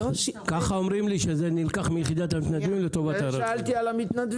אומרים לי שזה נלקח מיחידת המתנדבים לטובת רואה חשבון.